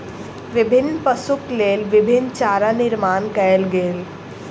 विभिन्न पशुक लेल विभिन्न चारा निर्माण कयल गेल